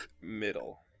middle